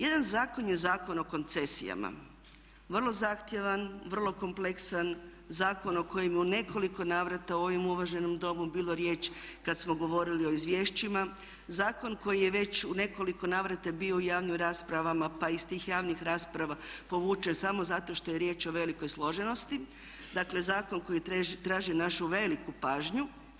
Jedan zakon je Zakon o koncesijama, vrlo zahtjevan, vrlo kompleksan, zakon o kojemu je u nekoliko navrata u ovom uvaženom Domu bila riječ kada smo govorili o izvješćima, zakon koji je već u nekoliko navrata bio u javnim raspravama pa je iz tih javnih rasprava povučen samo zato što je riječ o velikoj složenosti, dakle zakon koji traži našu veliku pažnju.